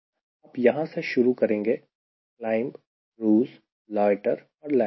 आप यहां से शुरू करेंगे क्लाइंब क्रूज लोयटर और लैंड